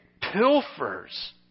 pilfers